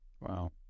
Wow